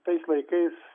tais laikais